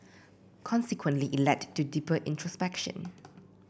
consequently it led to deeper introspection